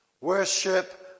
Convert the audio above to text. worship